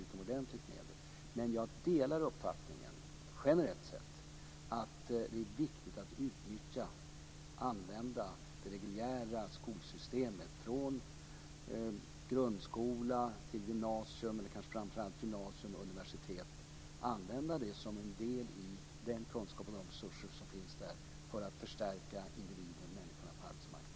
Men generellt sett delar jag uppfattningen att det är viktigt att använda det reguljära skolsystemet - framför allt gymnasium och universitet - och de resurser som finns där för att förstärka individens, människans, roll på arbetsmarknaden.